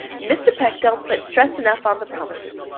mr. peck don't put stress enough on the promises.